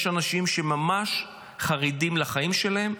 יש אנשים שממש חרדים לחיים שלהם,